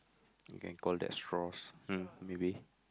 you can called this straws hmm maybe